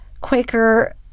Quaker